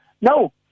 No